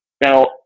Now